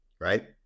right